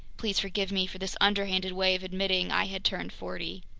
please forgive me for this underhanded way of admitting i had turned forty.